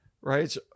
right